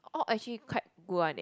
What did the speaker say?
all actually quite good one eh